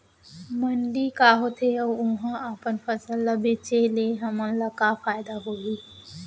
मंडी का होथे अऊ उहा अपन फसल ला बेचे ले हमन ला का फायदा होही?